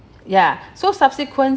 ya so subsequent~